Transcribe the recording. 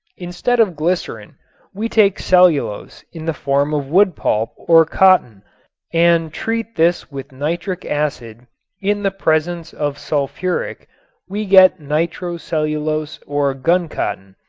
instead of glycerin we take cellulose in the form of wood pulp or cotton and treat this with nitric acid in the presence of sulfuric we get nitrocellulose or guncotton,